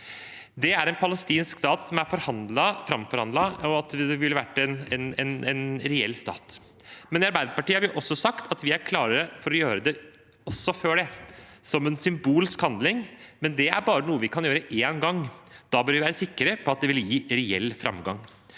Det er en palestinsk stat som er framforhandlet, og som ville vært en reell stat. I Arbeiderpartiet har vi sagt at vi er klare for å gjøre det også før det, som en symbolsk handling, men det er bare noe vi kan gjøre én gang. Da bør vi være sikre på at det vil gi reell framgang.